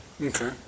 Okay